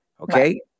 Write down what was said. okay